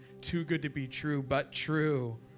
too-good-to-be-true-but-true